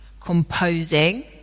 Composing